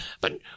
But